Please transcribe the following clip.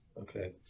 okay